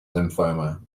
lymphoma